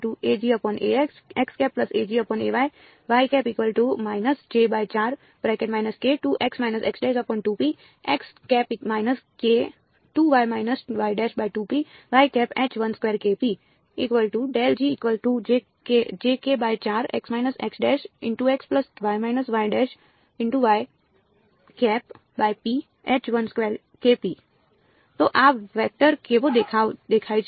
તો આ વેક્ટર કેવો દેખાય છે